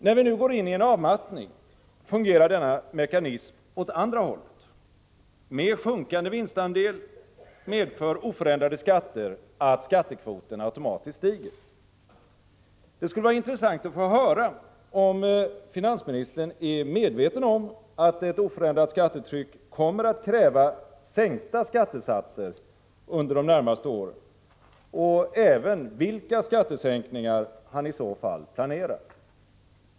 När vi nu går in i en avmattning fungerar denna mekanism åt andra hållet. Med sjunkande vinstandel medför oförändrade skatter att skattekvoten automatiskt stiger. Det skulle vara intressant att få höra om finansministern är medveten om att ett oförändrat skattetryck kommer att kräva sänkta skattesatser de närmaste åren och även vilka skattesänkningar han i så fall planerar.